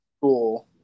school